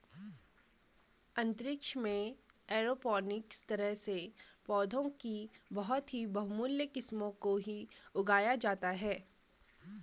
अंतरिक्ष में एरोपोनिक्स तरह से पौधों की बहुत ही बहुमूल्य किस्मों को ही उगाया जाता है